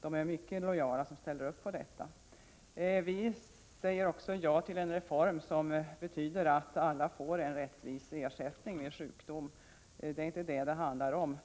Personalen är mycket lojal som ställer upp på detta. Vi säger också ja till en reform som betyder att alla får en rättvis ersättning vid sjukdom. Det är inte detta det handlar om.